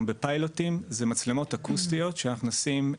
בפיילוטים זה מצלמות אקוסטיות שאנחנו נשים,